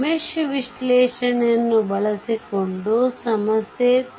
mesh ವಿಶ್ಲೇಷಣೆಯನ್ನು ಬಳಸಿಕೊಂಡು ಸಮಸ್ಯೆ 3